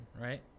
right